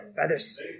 feathers